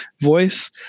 voice